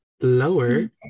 lower